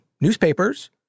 newspapers